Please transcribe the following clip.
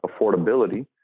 affordability